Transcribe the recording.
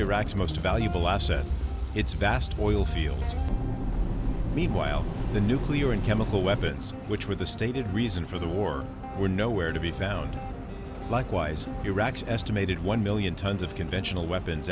iraq's most valuable asset its vast oil fields meanwhile the nuclear and chemical weapons which were the stated reason for the war were nowhere to be found likewise iraq's estimated one million tons of conventional weapons